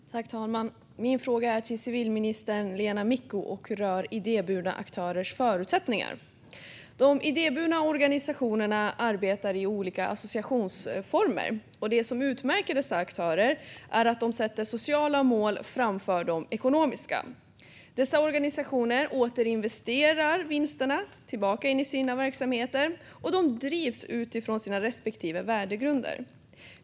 Fru talman! Min fråga är till civilminister Lena Micko och rör idéburna aktörers förutsättningar. De idéburna organisationerna arbetar i olika associationsformer. Det som utmärker dessa aktörer är att de sätter sociala mål framför ekonomiska. Dessa organisationer återinvesterar vinsterna tillbaka in i sina verksamheter och driver dem utifrån sina respektive värdegrunder.